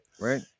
Right